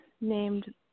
named